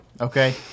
okay